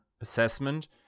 assessment